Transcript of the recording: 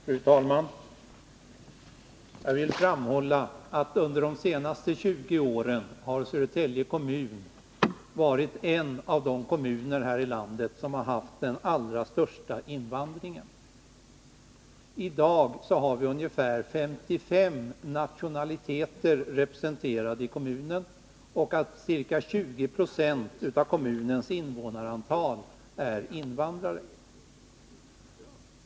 Fru talman! Jag vill framhålla att Södertälje kommun under de senaste 20 åren har varit en av de kommuner i landet som haft den allra största invandringen. I dag har vi ungefär 55 nationaliteter representerade i kommunen, och ca 20 20 av kommunens invånare är invandrare.